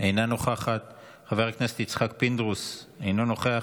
אינה נוכחת, חבר הכנסת יצחק פינדרוס, אינו נוכח.